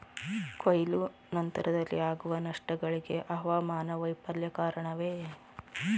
ಕೊಯ್ಲು ನಂತರದಲ್ಲಿ ಆಗುವ ನಷ್ಟಗಳಿಗೆ ಹವಾಮಾನ ವೈಫಲ್ಯ ಕಾರಣವೇ?